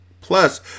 Plus